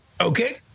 Okay